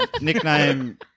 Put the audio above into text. nickname